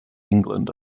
england